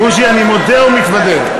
בוז'י, אני מודה ומתוודה.